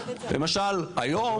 למשל היום,